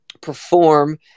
perform